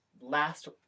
last